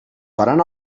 faran